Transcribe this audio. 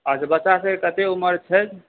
अच्छा बच्चाके कतय उम्र छै